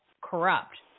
corrupt